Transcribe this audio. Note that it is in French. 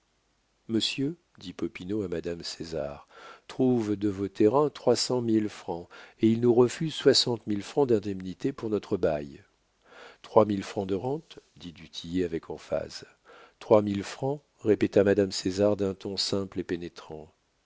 monsieur dit popinot à madame césar trouve de vos terrains trois cent mille francs et il nous refuse soixante mille francs d'indemnité pour notre bail trois mille francs de rente dit du tillet avec emphase trois mille francs répéta madame césar d'un ton simple et pénétrant